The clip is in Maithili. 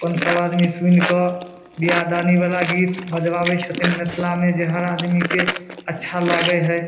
अपन सब आदमी सुनि कऽ विवाह दानी बला गीत बजबाबै छथिन मिथलामे जे हर आदमीके अच्छा लागै है